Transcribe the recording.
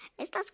Estas